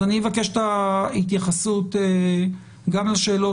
אז אני מבקש את ההתייחסות גם לשאלות